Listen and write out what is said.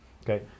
Okay